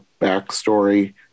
backstory